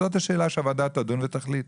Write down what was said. זאת השאלה שהוועדה תדון ותחליט.